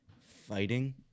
fighting